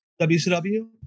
WCW